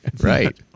Right